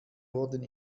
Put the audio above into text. wurden